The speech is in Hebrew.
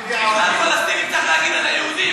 עם פלסטיני צריך להגיד על היהודים,